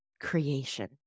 creation